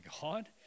God